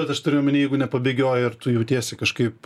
bet aš turiu omeny jeigu nepabėgioji ar tu jautiesi kažkaip